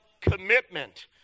commitment